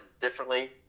differently